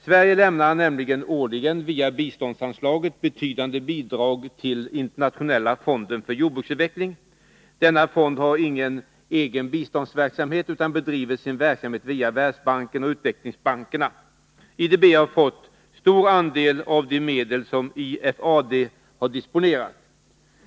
Sverige lämnar nämligen årligen via biståndsanslaget betydande bidrag till Internationella fonden för jordbruksutveckling. Denna fond har ingen egen biståndsverksamhet utan bedriver sin verksamhet via Världsbanken och utvecklingsbankerna. IDB har fått stor andel av de medel som IFAD har disponerat.